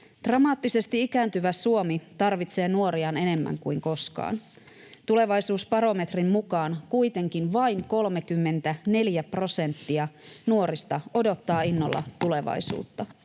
Dramaattisesti ikääntyvä Suomi tarvitsee nuoriaan enemmän kuin koskaan. Tulevaisuusbarometrin mukaan kuitenkin vain 34 prosenttia nuorista odottaa innolla tulevaisuutta.